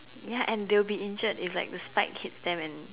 ya and they will be injured if the spikes hit them and